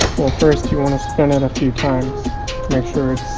well first you want to spin it a few times make sure it's